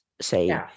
say